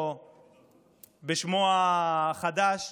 או בשמו החדש,